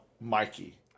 Mikey